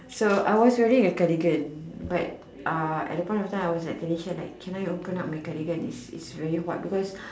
so I was wearing a cardigan but uh at that point of time I was like telling Char like can I open up my cardigan it's it's very hot because